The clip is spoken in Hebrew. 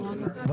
כן,